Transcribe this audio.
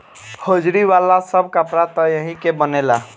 hosiery वाला सब कपड़ा त एही के बनेला